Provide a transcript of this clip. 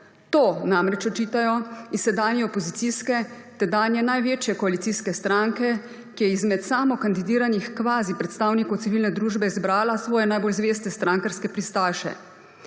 To namreč očitajo iz sedanje opozicijske, tedanje največje koalicijske stranke, ki je izmed samo-kandidiranih kvazi-predstavnikov civilne družbe izbrala svoje najbolj zveste strankarske pristaše.